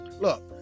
Look